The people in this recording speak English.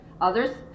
Others